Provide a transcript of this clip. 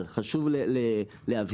אבל חשוב להבהיר,